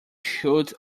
showed